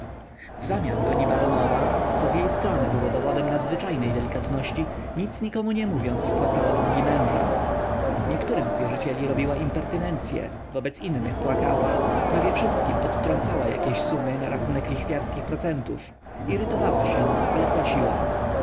stosunki wzamian pani baronowa co z jej strony było dowodem nadzwyczajnej delikatności nic nikomu nie mówiąc spłacała długi męża niektórym z wierzycieli robiła impertynencye wobec innych płakała prawie wszystkim odtrącała jakieś sumy na rachunek lichwiarskich procentów irytowała się ale płaciła